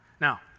Now